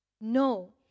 No